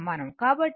కాబట్టి ఇది x